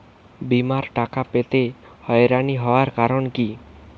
বিমার টাকা পেতে হয়রানি হওয়ার কারণ কি?